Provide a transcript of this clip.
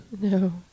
No